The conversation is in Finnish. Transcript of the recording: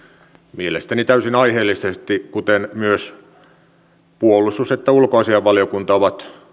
mielestäni täysin aiheellisesti kuten myös sekä puolustus että ulkoasiainvaliokunta ovat